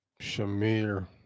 Shamir